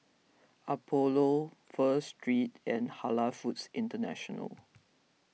Apollo Pho Street and Halal Foods International